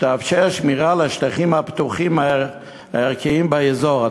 שתאפשר שמירה על השטחים הפתוחים הערכיים באזור.